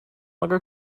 longer